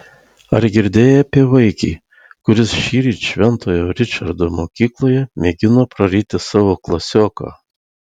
ar girdėjai apie vaikį kuris šįryt šventojo ričardo mokykloje mėgino praryti savo klasioką